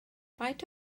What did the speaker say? faint